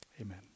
amen